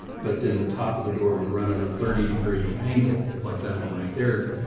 but then the top of the door would run at a thirty degree angle. like that one right there.